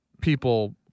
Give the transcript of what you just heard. people